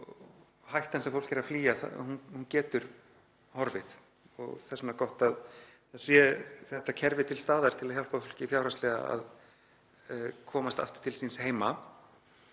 Hættan sem fólk er að flýja getur horfið og þess vegna er gott að þetta kerfi sé til staðar til að hjálpa fólki fjárhagslega að komast aftur til síns heima.